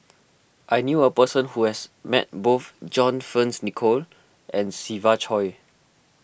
I knew a person who has met both John Fearns Nicoll and Siva Choy